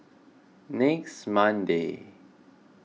next Monday